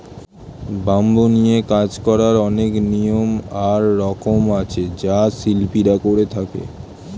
bamboo নিয়ে কাজ করার অনেক নিয়ম আর রকম আছে যা শিল্পীরা করে থাকে